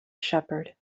shepherd